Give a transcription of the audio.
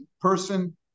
person